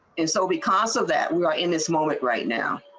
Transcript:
and so because of that we are in this moment right now.